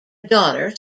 daughter